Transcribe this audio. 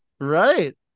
Right